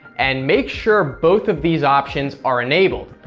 and make sure both of these options are enabled,